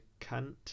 cunt